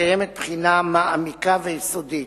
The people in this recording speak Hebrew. מתקיימת בחינה מעמיקה ויסודית